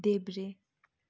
देब्रे